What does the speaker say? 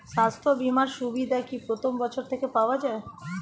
স্বাস্থ্য বীমার সুবিধা কি প্রথম বছর থেকে পাওয়া যায়?